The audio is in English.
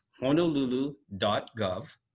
honolulu.gov